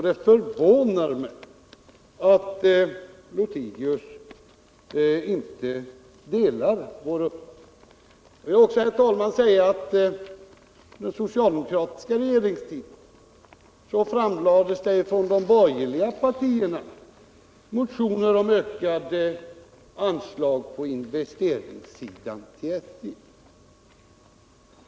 Det förvånar mig att herr Lothigius inte delar vår uppfattning. Jag vill också tillägga att under den socialdemokratiska regeringstiden framlade de borgerliga partierna motioner om ökade anslag till SJ för investeringar.